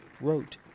wrote